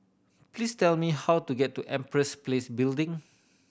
please tell me how to get to Empress Place Building